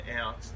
out